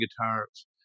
guitars